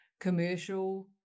commercial